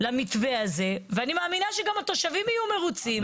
למתווה הזה, ואני מאמינה שגם התושבים יהיו מרוצים.